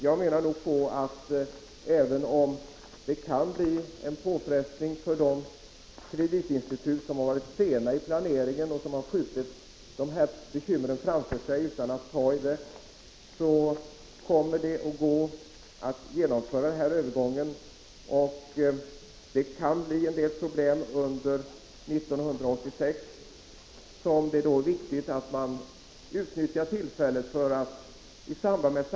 Jag menar, att även om det kan bli en påfrestning för de kreditinstitut som har varit sena i planeringen och skjutit bekymren framför sig utan att ta i dem, kommer det att gå att klara övergången. Det kan bli en del problem under 1986. Det är då viktigt att bankerna utnyttjar tillfället att i samarbete med riksskatteverket och i = Prot.